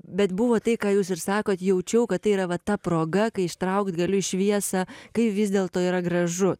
bet buvo tai ką jūs ir sakot jaučiau kad tai yra va ta proga kai ištraukt galiu į šviesą kai vis dėlto yra gražu